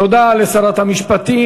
תודה לשרת המשפטים.